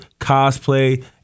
cosplay